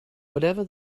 whatever